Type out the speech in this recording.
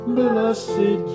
blessed